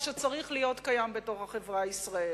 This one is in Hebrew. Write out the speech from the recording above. שצריך להיות קיים בתוך החברה הישראלית?